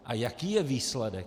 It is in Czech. A jaký je výsledek?